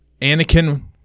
Anakin